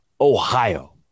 Ohio